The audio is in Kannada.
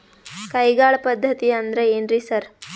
ಕೈಗಾಳ್ ಪದ್ಧತಿ ಅಂದ್ರ್ ಏನ್ರಿ ಸರ್?